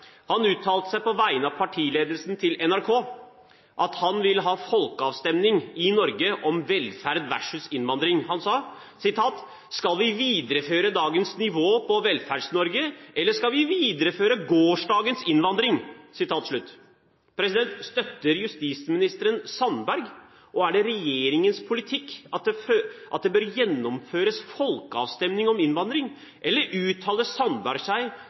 på vegne av partiledelsen uttalte til NRK at han ville ha folkeavstemning i Norge om velferd versus innvandring. Han sa: Skal vi videreføre dagens nivå på Velferds-Norge, eller skal vi videreføre gårsdagens innvandring? Støtter justisministeren Sandberg, og er det regjeringens politikk at det bør gjennomføres folkeavstemning om innvandring? Eller uttaler Sandberg seg,